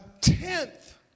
tenth